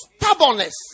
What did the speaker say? stubbornness